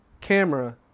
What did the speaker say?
camera